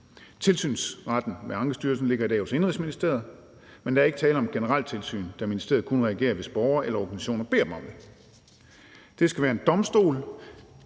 Tilsynsretten ved Ankestyrelsen ligger i dag hos Indenrigsministeriet, men der er ikke tale om et generelt tilsyn, da ministeriet kun reagerer, hvis borgere eller organisationer beder dem om det. Alternativets forslag